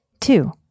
Two